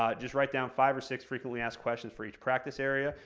ah just write down five or six frequently asked questions for each practice area.